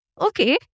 okay